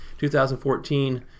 2014